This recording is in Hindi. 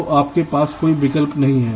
तो आपके पास कोई विकल्प नहीं है